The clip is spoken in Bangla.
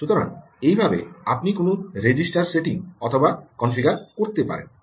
সুতরাং এইভাবে আপনি কোনও রেজিস্টার সেটিং অথবা কনফিগার করতে পারেন